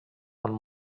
amb